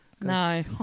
No